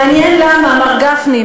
מעניין למה, מר גפני.